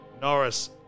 Norris